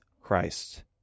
Christ